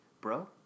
Bro